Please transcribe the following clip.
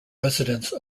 residence